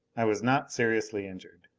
i was not seriously injured.